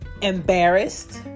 embarrassed